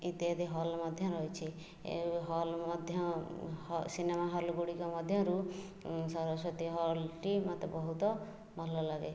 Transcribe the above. ଇତ୍ୟାଦି ହଲ୍ ମଧ୍ୟ ରହିଛି ଏଇ ହଲ୍ ମଧ୍ୟ ସିନେମା ହଲ୍ ଗୁଡ଼ିକ ମଧ୍ୟରୁ ଅଁ ସରସ୍ୱତୀ ହଲ୍ଟି ମୋତେ ବହୁତ ଭଲଲାଗେ